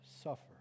suffer